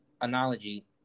analogy